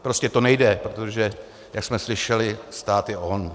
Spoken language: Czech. Prostě to nejde, protože jak jsme slyšeli, stát je on.